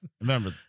Remember